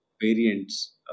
variants